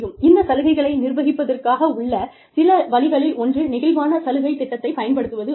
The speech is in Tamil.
இந்த சலுகைகளை நிர்வகிப்பதற்காகவுள்ள சில வழிகளில் ஒன்று நெகிழ்வான சலுகை திட்டத்தைப் பயன்படுத்துவதாகும்